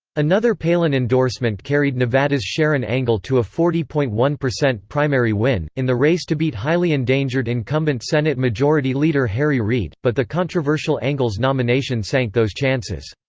another palin endorsement carried nevada's sharron angle to a forty point one primary win, in the race to beat highly endangered incumbent senate majority leader harry reid, but the controversial angle's nomination sank those chances.